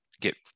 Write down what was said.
get